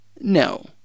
No